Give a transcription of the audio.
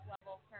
level